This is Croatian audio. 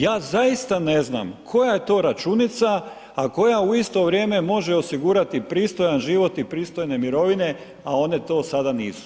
Ja zaista ne znam koja je to računica a koja u isto vrijeme može osigurati pristojan život i pristojne mirovine a one to sada nisu.